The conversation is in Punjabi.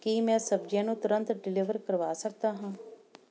ਕੀ ਮੈਂ ਸਬਜ਼ੀਆਂ ਨੂੰ ਤੁਰੰਤ ਡਿਲੀਵਰ ਕਰਵਾ ਸਕਦਾ ਹਾਂ